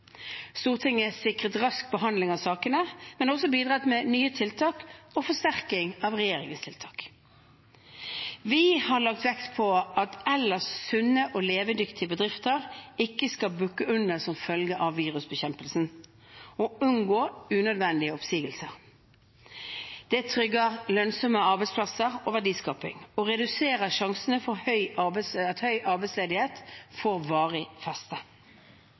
Stortinget sikret rask behandling av sakene, men har også bidratt med nye tiltak og forsterking av regjeringens tiltak. Vi har lagt vekt på at ellers sunne og levedyktige bedrifter ikke skal bukke under som følge av virusbekjempelsen, og å unngå unødvendige oppsigelser. Det trygger lønnsomme arbeidsplasser og verdiskaping og reduserer sjansen for at høy arbeidsledighet får varig